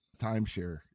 timeshare